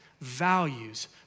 values